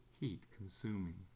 Heat-consuming